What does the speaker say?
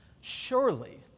surely